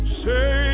say